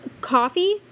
Coffee